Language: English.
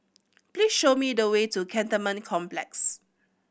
please show me the way to Cantonment Complex